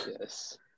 Yes